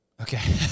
Okay